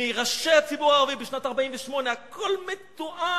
מראשי הציבור הערבי בשנת 48'. הכול מתועד.